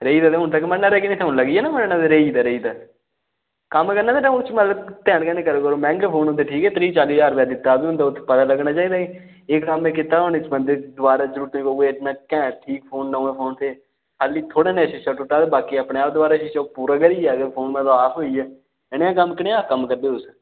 रेही दा ते हून तक मन्नना लगी ते हून लगी गे ना मन्नना कि रेही दा रेही दा कम्म करना ते उसी मतलब ध्यान कन्नै करा करो मैंह्गे फोन होंदे ठीक ऐ त्रीह् चाली ज्हार रपेऽ दित्ता बी होंदा पता लग्गना चाहिदा एह् एह् कम्म में कीता हून इस बंदे ई दवारै जरूरत निं पवै इन्ना घैंट ठीक फोन नमां फोन ते खाल्ली थोह्ड़े नां शीशा टुट्टे दा ते बाकी अपने आप दवारै शीशा पूरा करियै अगर फोन मतलब आफ होई गेआ एह् नेहा कनेहां कम्म करदे तुस